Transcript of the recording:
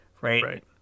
right